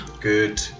Good